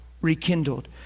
rekindled